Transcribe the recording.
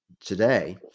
today